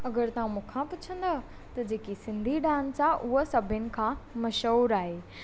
अगरि तव्हां मूं खां पूछंदा त जेकी सिंधी डांस आहे उहा सभिनी खां मशहूर आहे